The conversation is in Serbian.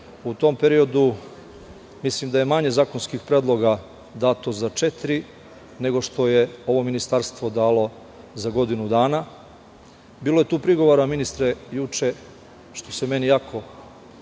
U tom periodu, mislim da je manje zakonskih predloga dato za četiri godine, nego što je ovo ministarstvo dalo za godinu dana. Bilo je tu prigovora, ministre, juče što ste meni jako